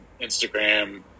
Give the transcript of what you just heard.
Instagram